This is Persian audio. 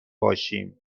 باشیم